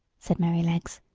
said merrylegs,